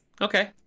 Okay